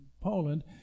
Poland